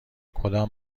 کدام